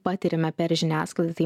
patiriame per žiniasklaidą tai